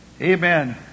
Amen